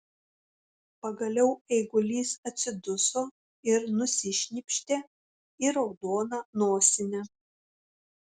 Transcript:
pagaliau eigulys atsiduso ir nusišnypštė į raudoną nosinę